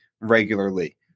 regularly